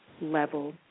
level